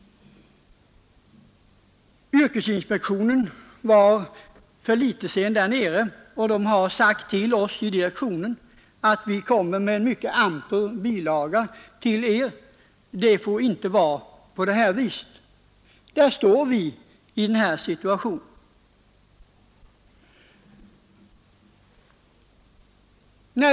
Yrkesinspektionen var för litet sedan där nere och har sagt till oss i direktionen att inspektionen kommer med en mycket amper inlaga -- det får inte vara på det här viset. Där stär vi alltså i denna situation.